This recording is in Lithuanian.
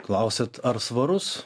klausiat ar svarus